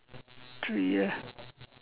three years